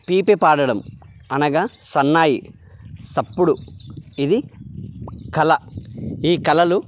PP పాడడం అనగా సన్నాయి సప్పుడు ఇది కళ ఈ కళలు